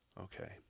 okay